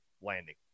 landing